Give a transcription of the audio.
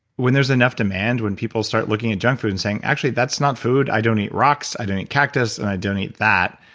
when there's enough demand, when people start looking at junk food and saying, actually, that's not food. i don't eat rocks, i don't eat cactus, and i don't eat that,